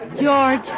George